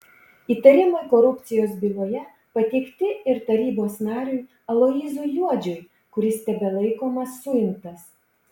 įtarimai korupcijos byloje pateikti ir tarybos nariui aloyzui juodžiui kuris tebelaikomas suimtas